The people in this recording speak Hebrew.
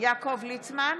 יעקב ליצמן,